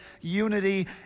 unity